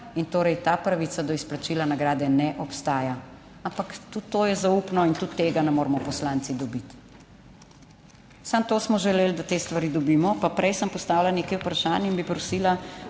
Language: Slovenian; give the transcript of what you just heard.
in torej ta pravica do izplačila nagrade ne obstaja. Ampak tudi to je zaupno in tudi tega ne moremo poslanci dobiti. Samo to smo želeli, da te stvari dobimo. Pa prej sem postavila nekaj vprašanj in bi prosila,